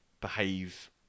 behave